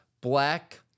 Black